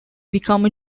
become